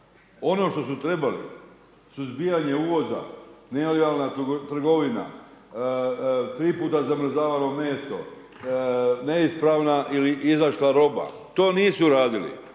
Ono što su trebali, suzbijanje uvoza, nelegalna trgovina, tri puta zamrzavano meso, neispravna ili izašla roba to nisu radili